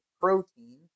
protein